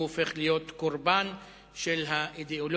והוא הופך להיות קורבן של האידיאולוגיה